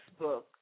Facebook